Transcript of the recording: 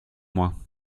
moi